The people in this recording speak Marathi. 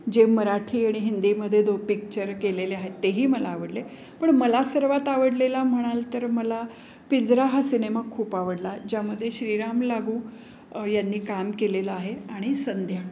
जे मराठी आणि हिंदीमध्ये दोन पिक्चर केलेले आहेत तेही मला आवडले पण मला सर्वात आवडलेला म्हणाल तर मला पिंजरा हा सिनेमा खूप आवडला ज्यामध्ये श्रीराम लागू यांनी काम केलेलं आहे आणि संध्या